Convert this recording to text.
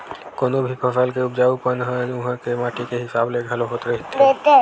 कोनो भी फसल के उपजाउ पन ह उहाँ के माटी के हिसाब ले घलो रहिथे